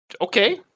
Okay